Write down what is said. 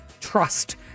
Trust